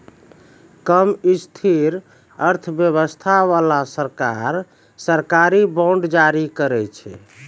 कम स्थिर अर्थव्यवस्था बाला सरकार, सरकारी बांड जारी करै छै